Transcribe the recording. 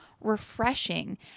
refreshing